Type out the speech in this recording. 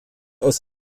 aus